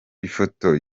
ifoto